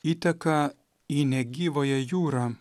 įteka į negyvąją jūrą